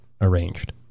arranged